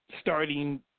starting